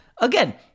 again